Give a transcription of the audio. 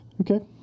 Okay